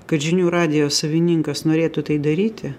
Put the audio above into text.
kad žinių radijo savininkas norėtų tai daryti